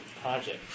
project